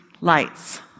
lights